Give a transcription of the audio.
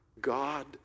God